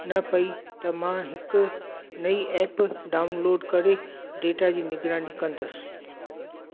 न पयी त मां हिक नई ऐप डाउनलोड करे डेटा जी निगरानी कंदसि